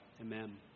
Amen